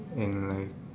and like